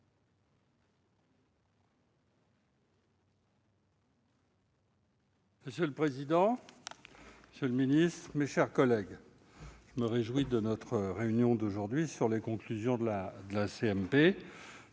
Monsieur le président, monsieur le ministre, mes chers collègues, je me réjouis de notre réunion d'aujourd'hui sur les conclusions de la